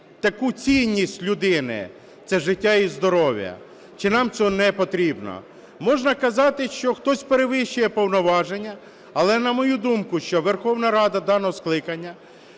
таку цінність людини – це життя і здоров'я чи нам цього непотрібно. Можна казати, що хтось перевищує повноваження, але, на мою думку, що Верховна Рада даного скликання